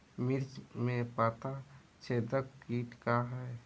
मिर्च में पता छेदक किट का है?